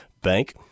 bank